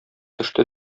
төште